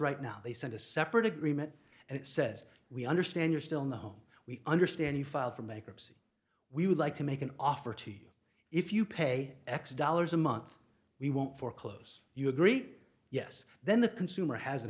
right now they sent a separate agreement and it says we understand you're still in the home we understand you filed for bankruptcy we would like to make an offer to you if you pay x dollars a month we won't foreclose you agree yes then the consumer has an